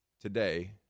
today